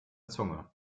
zunge